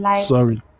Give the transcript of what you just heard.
Sorry